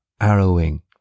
arrowing